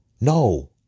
No